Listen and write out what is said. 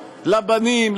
לבנים,